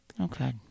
Okay